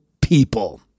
people